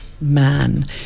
man